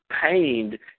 pained